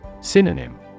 Synonym